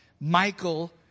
Michael